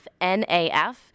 NAF